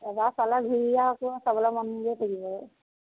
এবাৰ চালে ঘূৰি আৰু আকৌ চাবলৈ মন গৈ থাকিব